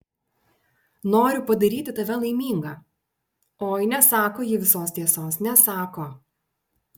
noriu padaryti tave laimingą oi nesako ji visos tiesos nesako